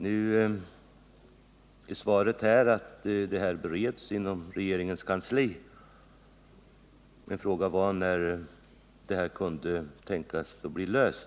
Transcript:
Nu är svaret att frågan bereds inom regeringens kansli. Min fråga var när det här kunde tänkas bli löst.